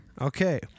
Okay